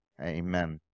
amen